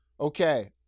Okay